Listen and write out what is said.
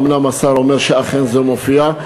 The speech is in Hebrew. אומנם השר אומר שאכן זה מופיע.